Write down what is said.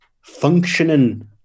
functioning